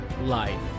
life